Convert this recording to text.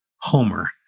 Homer